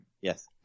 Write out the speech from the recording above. Yes